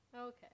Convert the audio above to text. Okay